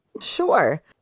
Sure